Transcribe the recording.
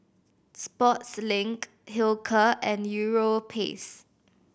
Sportslink Hilker and Europace